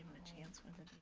a chance whether